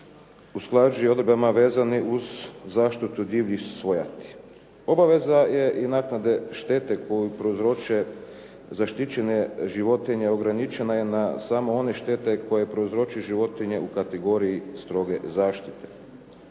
usklađuje odredbama vezane uz zaštitu divljih svojati. Obaveza je i naknade štete koju prouzroče zaštićene životinje, ograničena je na samo one štete koje prouzroče životinje u kategoriji stroge zaštite.